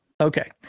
Okay